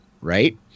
right